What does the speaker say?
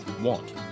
want